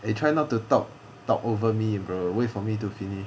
eh try not to talk talk over me bro wait for me to finish